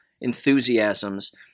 enthusiasms